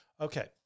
Okay